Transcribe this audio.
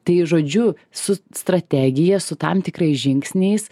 tai žodžiu su strategija su tam tikrais žingsniais